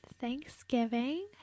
Thanksgiving